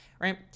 Right